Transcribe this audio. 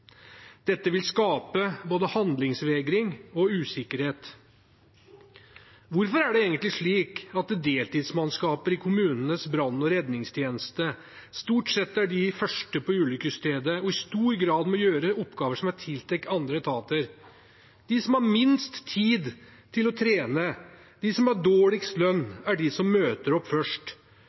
Dette vil skape både handlingsvegring og usikkerhet. Hvorfor er det slik at deltidsmannskaper i kommunenes brann- og redningstjeneste stort sett er de første på ulykkesstedet og i stor grad må utføre oppgaver som er tiltenkt andre etater? De som har minst tid til å trene og dårligst lønn, er de som møter opp først.